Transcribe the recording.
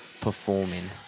performing